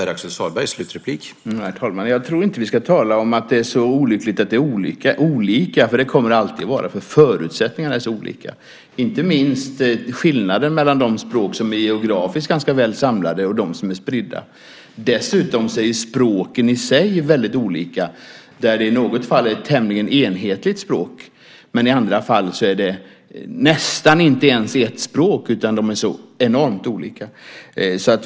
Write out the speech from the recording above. Herr talman! Jag tror inte att vi ska tala om att det är så olyckligt att det är så olika. Det kommer det alltid att vara, därför att förutsättningarna är så olika, inte minst skillnaden mellan de språk som är geografiskt ganska väl samlade och de som är spridda. Dessutom är språken i sig väldigt olika. I något fall är det ett tämligen enhetligt språk, men i andra fall är det nästan inte ens ett språk, utan varianterna av det är så enormt olika.